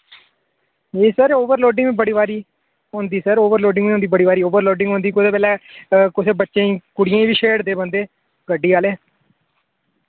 नेईं sir overloading बी बड़ी बारी होंदी सर ओवरलोडिंग बी होंदी बड़ी बारी ओवर लोडिंग होंदी कुते बेल्लै कुसे बच्चें ई कुड़ियें बी छेड़दे बंदे गड्डी आह्ले